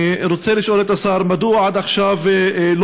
אני רוצה לשאול את השר: מדוע עד עכשיו לא